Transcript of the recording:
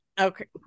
okay